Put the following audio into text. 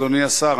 אדוני השר,